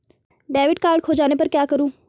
Debit card खो जाने पर क्या करूँ?